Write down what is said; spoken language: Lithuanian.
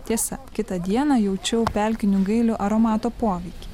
tiesa kitą dieną jaučiau pelkinių gailių aromato poveikį